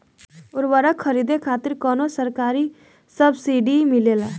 उर्वरक खरीदे खातिर कउनो सरकारी सब्सीडी मिलेल?